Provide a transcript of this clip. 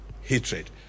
hatred